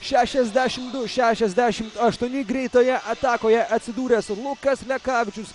šešiasdešim du šešiasdešim aštuoni greitoje atakoje atsidūręs lukas lekavičius